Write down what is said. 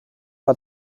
war